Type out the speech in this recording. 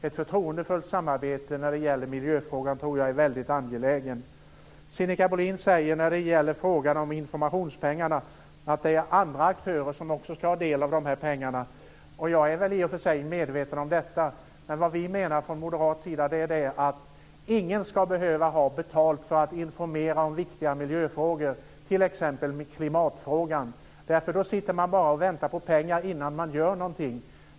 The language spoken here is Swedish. Jag tror att det är väldigt angeläget med ett förtroendefullt samarbete i miljöfrågorna. Sinikka Bohlin säger i fråga om informationspengarna att också andra aktörer ska ha del av de pengarna. Jag är i och för sig medveten om detta, men vi menar från moderat håll att ingen ska ha betalt för att informera om viktiga miljöfrågor, t.ex. om klimatfrågan. Då sitter man bara och väntar på pengar innan man gör någonting.